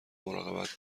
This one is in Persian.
مراقبت